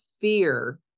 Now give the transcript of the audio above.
fear